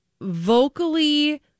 vocally